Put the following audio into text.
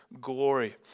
glory